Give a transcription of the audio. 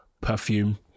perfume